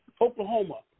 Oklahoma